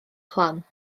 plant